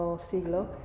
siglo